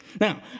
Now